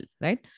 right